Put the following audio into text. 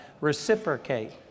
reciprocate